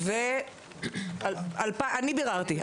אני בררתי,